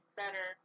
better